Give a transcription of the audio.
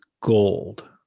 gold